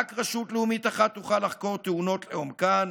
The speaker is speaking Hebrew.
רק רשות לאומית אחת תוכל לחקור תאונות לעומקן,